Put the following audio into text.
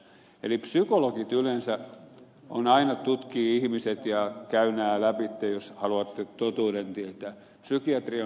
eli psykologit yleensä aina tutkivat ihmiset ja käyvät nämä lävitse jos haluatte totuuden tietää